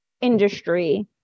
industry